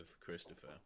Christopher